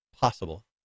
possible